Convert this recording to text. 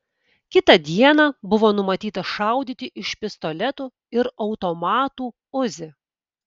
kitą dieną buvo numatyta šaudyti iš pistoletų ir automatų uzi